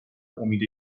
امید